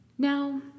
Now